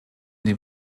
dem